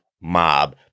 mob